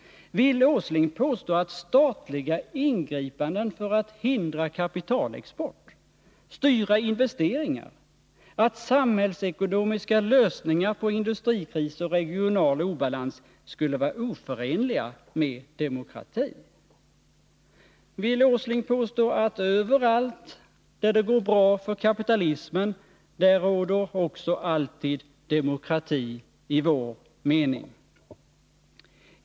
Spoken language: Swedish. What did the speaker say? Vill Nils Åsling påstå att statliga ingripanden för att hindra kapitalexport och styra investeringar, att samhällsekonomiska lösningar på industrikris och regional obalans, skulle vara oförenliga med demokrati? Vill Nils Åsling påstå att överallt där det går bra för kapitalismen, där råder också alltid demokrati i vår mening?